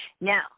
Now